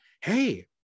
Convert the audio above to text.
hey